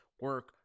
Work